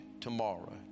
tomorrow